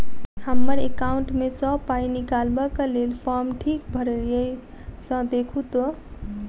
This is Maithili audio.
हम्मर एकाउंट मे सऽ पाई निकालबाक लेल फार्म ठीक भरल येई सँ देखू तऽ?